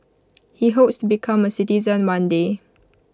he hopes become A citizen one day